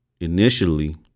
initially